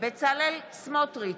בצלאל סמוטריץ'